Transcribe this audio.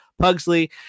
Pugsley